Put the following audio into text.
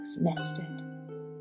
nested